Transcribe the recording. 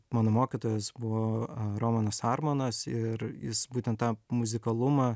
mano mokytojas buvo romanas armonas ir jis būtent tą muzikalumą